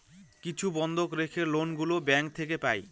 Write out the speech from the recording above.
কিছু বন্ধক রেখে লোন গুলো ব্যাঙ্ক থেকে পাই